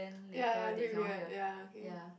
ya ya a bit weird ya okay